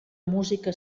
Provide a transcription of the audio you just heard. música